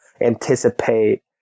anticipate